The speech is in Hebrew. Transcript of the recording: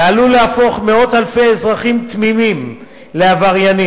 ועלול להפוך מאות אלפי אזרחים תמימים לעבריינים,